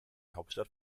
hauptstadt